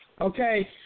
okay